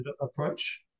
approach